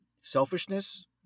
selfishness